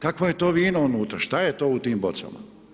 Kakvo je to vino unutra, šta je to u tim bocama?